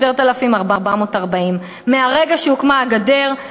10,440. מהרגע שהוקמה הגדר,